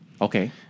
Okay